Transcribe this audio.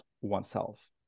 oneself